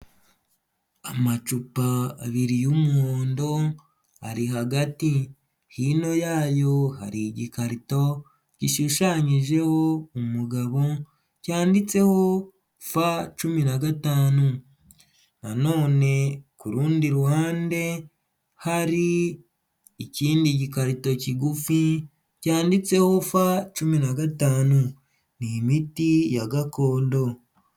Amacupa abiri y'umuhondo ari hagati hino, yayo hari igikarito gishushanyijeho umugabo, cyanditseho fa cumi na gatanu. nanone ku rundi ruhande, hari ikindi gikarito kigufi cyanditseho fa cumi na gatanu, ni imiti ya gakondo.